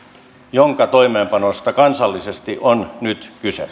jonka toimeenpanosta kansallisesti on nyt